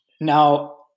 Now